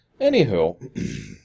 anywho